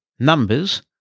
Numbers